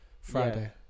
Friday